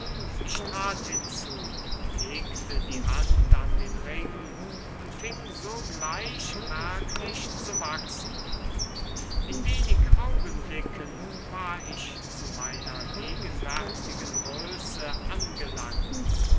ich trat hinzu legte die hand an den ring und fing sogleich merklich zu wachsen an in wenig augenblicken war ich zu meiner gegenwärtigen größe gelangt